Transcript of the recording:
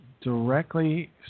directly